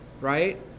right